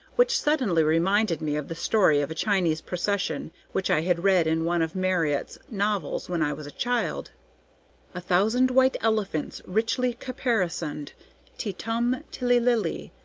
which suddenly reminded me of the story of a chinese procession which i had read in one of marryat's novels when i was a child a thousand white elephants richly caparisoned ti-tum tilly-lily,